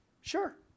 Sure